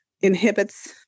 inhibits